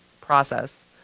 process